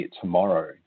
tomorrow